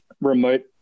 remote